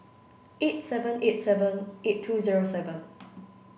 eight seven eight seven eight two zero seven